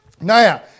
Now